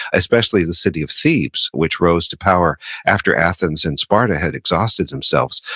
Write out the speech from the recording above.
especially the city of thebes, which rose to power after athens and sparta had exhausted themselves.